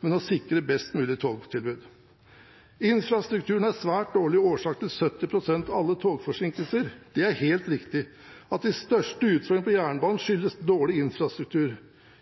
men å sikre et best mulig togtilbud. Infrastrukturen er svært dårlig og årsak til 70 pst. av alle togforsinkelser. Det er helt riktig at de største utfordringene på jernbanen skyldes dårlig infrastruktur.